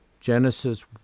genesis